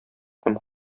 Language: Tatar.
һәм